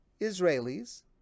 Israelis